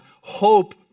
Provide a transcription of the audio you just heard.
hope